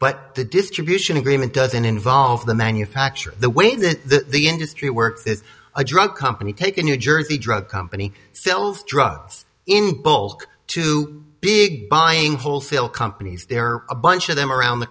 but the distribution agreement doesn't involve the manufacture the way the industry works it's a drug company take a new jersey drug company sells drugs in bulk to big buying wholesale companies there are a bunch of them around the